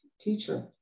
teacher